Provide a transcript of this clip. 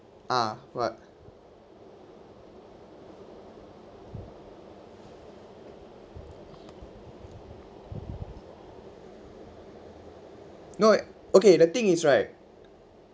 ah what no okay the thing is right